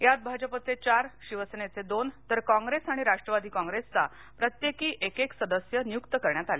यात भाजपचे चार शिवसेनेचे दोन तर काँग्रेस आणि राष्ट्रवादी काँग्रेसचा प्रत्येकी एकेक सदस्य नियुक्त झाले